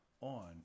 on